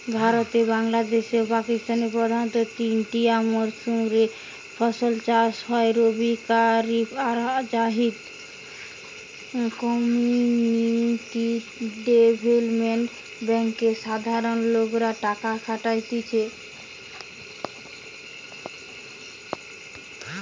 ভারতে, বাংলাদেশে ও পাকিস্তানে প্রধানতঃ তিনটিয়া মরসুম রে ফসল চাষ হয় রবি, কারিফ আর জাইদ